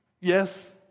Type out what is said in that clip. Yes